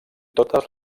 totes